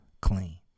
clean